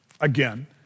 Again